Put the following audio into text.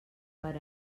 per